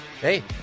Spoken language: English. Hey